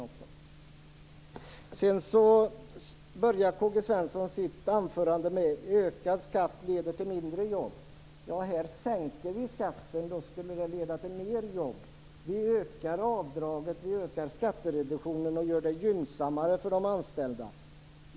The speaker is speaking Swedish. K-G Svenson inledde sitt anförande med att säga att ökad skatt leder till färre jobb. Här sänker vi skatten, och då skulle det leda till fler jobb. Vi ökar avdragen och skattereduktionen och gör det gynnsammare för de anställda.